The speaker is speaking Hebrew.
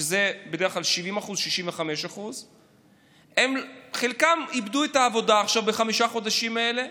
שזה בדרך כלל 65% 70%; חלקם איבדו את העבודה בחמשת החודשים האלה,